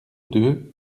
deux